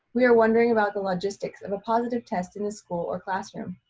we are wondering about the logistics of a positive test in a school or classroom.